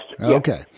Okay